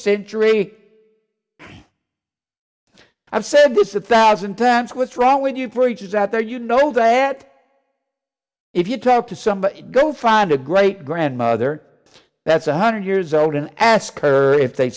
century i've said this a thousand times what's wrong with you for ages out there you know that if you talk to somebody go find a great grandmother that's one hundred years old and ask her if they